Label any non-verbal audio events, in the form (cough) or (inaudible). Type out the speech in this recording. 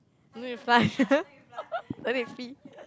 no need to fly here (laughs) no need to pee